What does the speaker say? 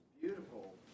beautiful